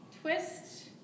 twist